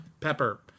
Pepper